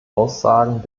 aussagen